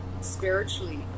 spiritually